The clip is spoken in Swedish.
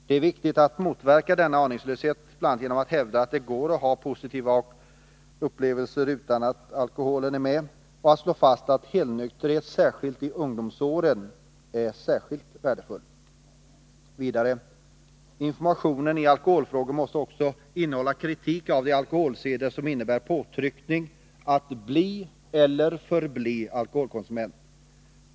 Det är viktigt att motverka denna aningslöshet, bl.a. genom att hävda att det går att ha positiva upplevelser utan alkohol och genom att slå fast att helnykterhet speciellt i ungdomsåren är särskilt värdefull. Vidare: Information i alkoholfrågor måste också innehålla kritik av de alkoholseder som innebär påtryckning att bli eller förbli alkoholkonsument.